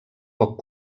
poc